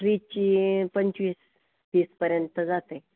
फ्रीजची पंचवीस तीसपर्यंत जाते